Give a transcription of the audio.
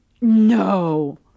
No